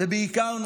ובעיקר,